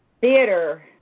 Theater